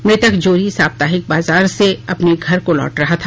मृतक जोरी सप्ताहिक बाजार से अपने घर को लौट रहा था